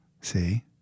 See